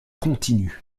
continue